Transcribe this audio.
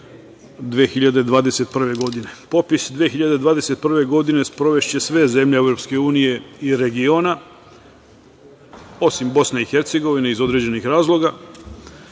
2021. godine. Popis 2021. godine sprovešće sve zemlje EU i regiona, osim BiH, iz određenih razloga,